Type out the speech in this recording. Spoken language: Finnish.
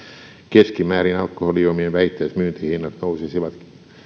keskimäärin alkoholijuomien vähittäismyyntihinnat nousisivat